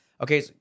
Okay